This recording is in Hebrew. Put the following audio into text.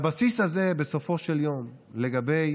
הבסיס הזה, בסופו של יום, לגבי